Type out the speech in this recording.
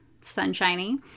sunshiny